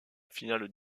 finale